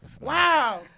Wow